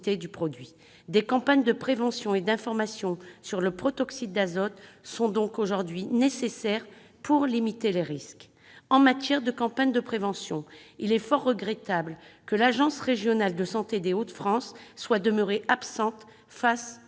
Des campagnes de prévention et d'information sur le protoxyde d'azote sont donc nécessaires pour limiter les risques. En matière de campagne de prévention, il est fort regrettable que l'agence régionale de santé des Hauts-de-France soit demeurée absente face aux alertes